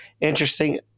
interesting